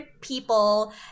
people